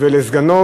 ולסגנו,